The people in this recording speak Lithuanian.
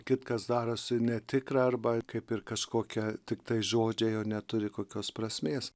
kitkas darosi netikra arba kaip ir kažkokie tiktai žodžiai o neturi kokios prasmės